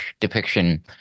depiction